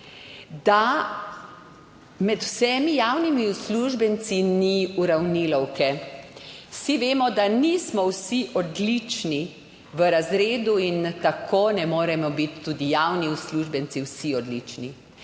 da med vsemi javnimi uslužbenci ni uravnilovke. Vsi vemo, da nismo vsi odlični v razredu in tako ne moremo biti tudi javni uslužbenci vsi odlični.